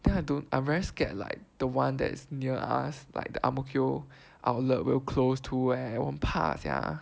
then I don't I very scared like the one that is near us like the Ang Mo Kio outlet will close too leh 我就怕 sia